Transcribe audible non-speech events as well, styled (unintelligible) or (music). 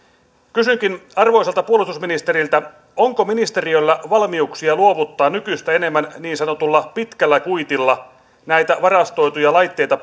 kysynkin arvoisalta puolustusministeriltä onko ministeriöllä valmiuksia luovuttaa nykyistä enemmän niin sanotulla pitkällä kuitilla näitä varastoituja laitteita (unintelligible)